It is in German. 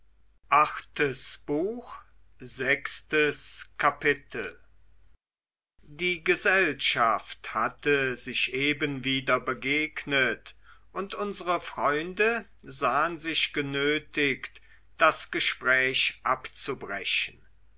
sechstes kapitel die gesellschaft hatte sich eben wieder begegnet und unsere freunde sahen sich genötigt das gespräch abzubrechen